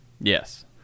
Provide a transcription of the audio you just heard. Yes